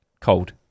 cold